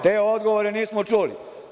Te odgovore nismo čuli.